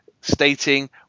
stating